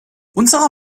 unserer